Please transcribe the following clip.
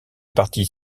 partis